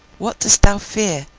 what dost thou fear?